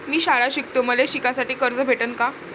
मी शाळा शिकतो, मले शिकासाठी कर्ज भेटन का?